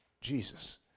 Jesus